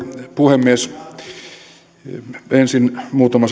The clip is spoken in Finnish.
puhemies ensin muutama